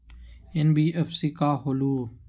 NBFC का होलहु?